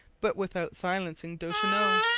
but without silencing duchesneau.